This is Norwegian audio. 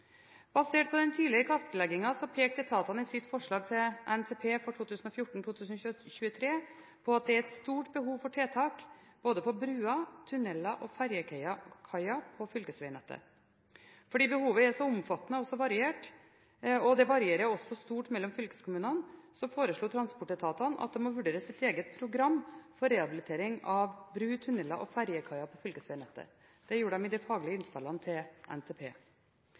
Basert på den tidligere kartleggingen pekte etatene i sitt forslag til NTP 2014–2023 på at det er et stort behov for tiltak på bruer, tunneler og ferjekaier på fylkesvegnettet. Fordi behovet er så omfattende og så variert – og det varierer også stort mellom fylkeskommunene – foreslo transportetatene at det må vurderes et eget program for rehabilitering av bruer, tunneler og ferjekaier på fylkesvegnettet. Det gjorde de i de faglige innspillene til NTP.